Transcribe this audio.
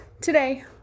Today